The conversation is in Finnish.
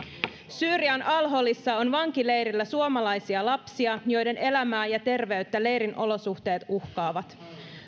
syyrian al holissa on vankileirillä suomalaisia lapsia joiden elämää ja terveyttä leirin olosuhteet uhkaavat